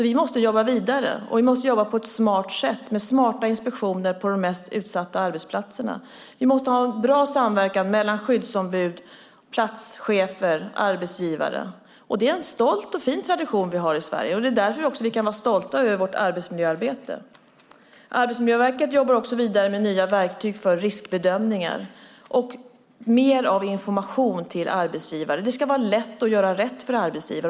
Vi måste jobba vidare, och vi måste jobba på ett smart sätt med smarta inspektioner på de mest utsatta arbetsplatserna. Vi måste ha en bra samverkan mellan skyddsombud, platschefer och arbetsgivare. Det är en stolt och fin tradition vi har i Sverige. Det också därför vi kan vara stolta över vårt arbetsmiljöarbete. Arbetsmiljöverket jobbar också vidare med nya verktyg för riskbedömningar och mer information till arbetsgivare. Det ska vara lätt att göra rätt för arbetsgivare.